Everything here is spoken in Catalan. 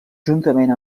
juntament